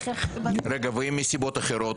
ואם מסיבות אחרות,